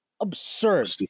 absurd